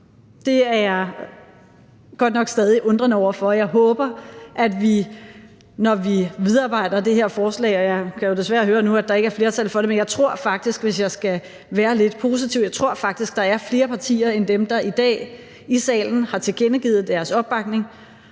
er jeg godt nok stadig undrende over for. Jeg håber, at vi kan arbejde videre med det her forslag, men jeg kan jo desværre høre nu, er der ikke er flertal for det. Jeg tror faktisk, hvis jeg skal være lidt positiv, at der er flere partier end dem, der i dag i salen har tilkendegivet deres opbakning,